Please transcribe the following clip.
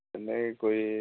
এনেকৈ কৰি